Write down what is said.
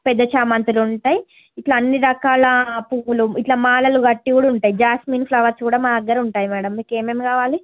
పెద్ద చామంతులు ఉంటాయి ఇట్లా అన్ని రకాల పువ్వులు ఇట్ల మాలలు కట్టి కూడా ఉంటాయి జాస్మిన్ ఫ్లవర్స్ కూడా మా దగ్గర ఉంటాయి మేడం మీకు ఏమేమి కావాలి